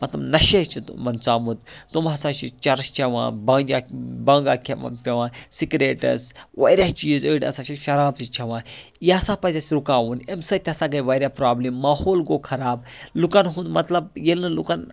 پَتہٕ نَشے چھُ تُمَن ژامُت تِم ہَسا چھِ چَرٕس چیٚوان بانجا بانگا کھیٚون پیٚوان سِگریٹٕس واریاہ چیز أڑۍ ہَسا چھِ شراب تہِ چیٚوان یہِ ہَسا پَزِ اَسہِ رُکاوُن اَمہِ سۭتۍ تہِ ہَسا گٔے واریاہ پرابلِم ماحول گوٚو خراب لُکَن ہُند مطلب ییٚلہِ نہٕ لُکَن